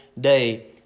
day